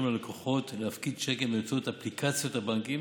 ללקוחות להפקיד צ'קים באמצעות אפליקציות הבנקים